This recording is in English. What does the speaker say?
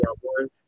One